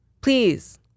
Please